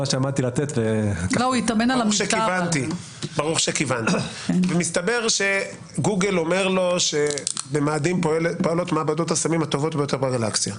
42'. גוגל אומר לו שבמאדים פועלות מעבדות הסמים הטובות ביותר בגלקסיה.